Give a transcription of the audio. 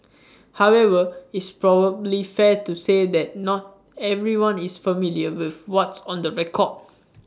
however is probably fair to say that not everyone is familiar with what's on the record